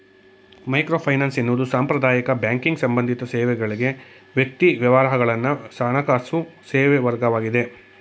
microfinance ಎನ್ನುವುದು ಸಾಂಪ್ರದಾಯಿಕ banking ಸಂಬಂಧಿತ ಸೇವೆಗಳ್ಗೆ ವ್ಯಕ್ತಿ ವ್ಯವಹಾರಗಳನ್ನ ಹಣಕಾಸು ಸೇವೆವರ್ಗವಾಗಿದೆ